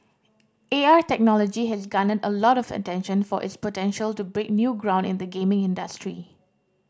A R technology has garnered a lot of attention for its potential to break new ground in the gaming industry